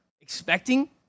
expecting